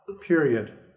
period